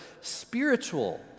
spiritual